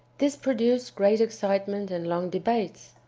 this produced great excitement and long debates.